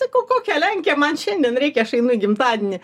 sakau kokią lenkiją man šiandien reikia aš einu į gimtadienį